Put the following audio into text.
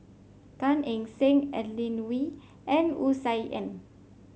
Gan Eng Seng Adeline Ooi and Wu Tsai Yen